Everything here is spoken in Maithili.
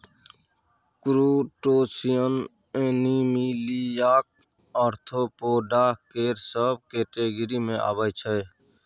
क्रुटोशियन एनीमिलियाक आर्थोपोडा केर सब केटेगिरी मे अबै छै